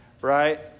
right